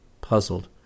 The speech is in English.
Puzzled